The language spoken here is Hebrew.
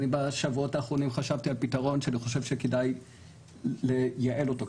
אני בשבועות האחרונים חשבתי על פתרון שאני חושב שכדאי לייעל אותו,